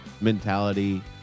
mentality